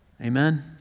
Amen